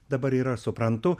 dabar yra suprantu